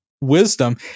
wisdom